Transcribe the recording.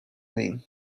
mean